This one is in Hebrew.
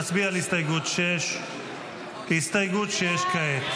נצביע על הסתייגות 6. הסתייגות 6 כעת.